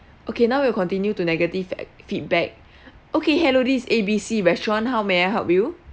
okay now we'll continue to negative e~ feedback okay hello this is A_B_C restaurant how may I help you